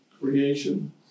creation